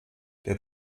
der